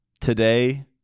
today